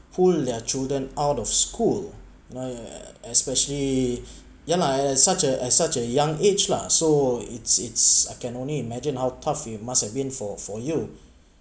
pull their children out of school and especially yeah lah as such a as such a young age lah so it's it's I can only imagine how tough you must have been for for you